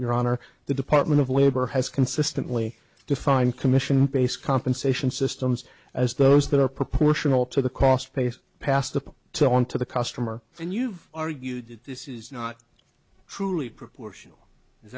your honor the department of labor has consistently defined commission based compensation systems as those that are proportional to the cost base passed up to on to the customer and you've argued that this is not truly proportional